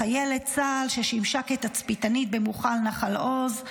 חיילת צה"ל ששימשה כתצפיתנית במוצב נחל עוז,